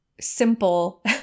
simple